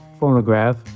phonograph